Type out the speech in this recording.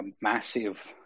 massive